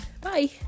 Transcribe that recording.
Bye